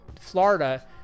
Florida